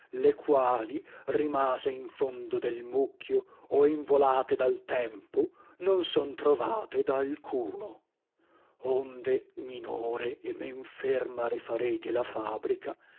le quali rimase in fondo del mucchio o involate dal tempo non son trovate da alcuno onde minore e men ferma rifarete la fabrica